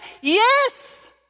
Yes